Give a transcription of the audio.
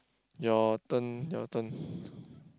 your turn your turn